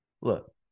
Look